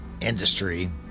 industry